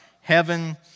heaven